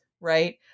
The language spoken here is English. right